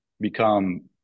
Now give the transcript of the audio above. become